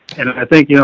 and i think,